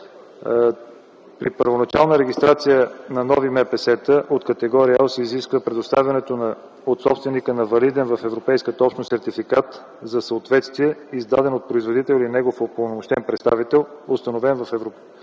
При първоначална регистрация на нови МПС-та от категория L се изисква предоставянето от собственика на валиден в Европейската общност сертификат за съответствие, изваден от производителя или негов упълномощен представител, установен в Общността,